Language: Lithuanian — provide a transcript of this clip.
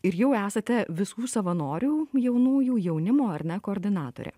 ir jau esate visų savanorių jaunųjų jaunimo ar ne koordinatorė